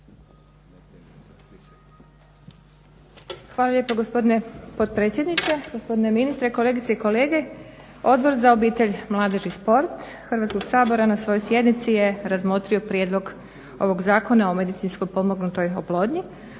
Hvala lijepa gospodine potpredsjedniče, gospodine ministre, kolegice i kolege. Odbor za obitelj, mladež i sport Hrvatskog sabora na svojoj sjednici je razmotrio Prijedlog ovog Zakona o medicinski pomognutoj oplodnji.